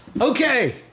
Okay